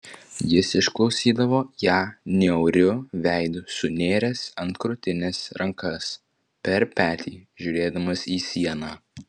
jis išklausydavo ją niauriu veidu sunėręs ant krūtinės rankas per petį žiūrėdamas į sieną